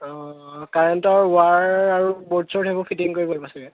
কাৰেণ্টৰ ওৱাৰ আৰু বৰ্ড চৰ্ড সেইবোৰ ফিটিঙ কৰিব চাগে